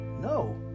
No